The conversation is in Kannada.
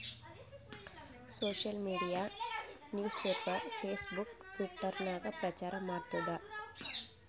social media newspaper, Facebook, Twitter ನಾಗ್ ಪ್ರಚಾರ್ ಮಾಡ್ತುದ್